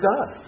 God